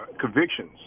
convictions